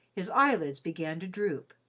his eyelids began to droop.